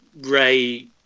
Ray